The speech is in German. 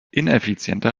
ineffizienter